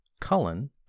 Cullen